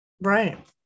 Right